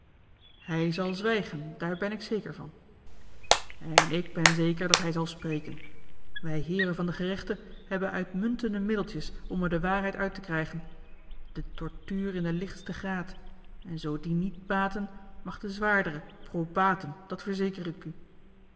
hij zal zwijgen daar ben ik zeker van en ik ben zeker dat hij zal spreken wij heeren van den gerechte hebben uitmuntende middeltjes om er de waarheid uit te krijgen de tortuur in den lichtsten graad en zoo die niet baten mag de zwaardere probatum dat verzeker ik u